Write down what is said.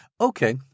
Okay